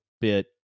bit